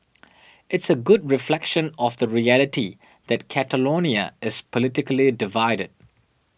it's a good reflection of the reality that Catalonia is politically divided